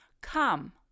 Come